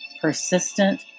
persistent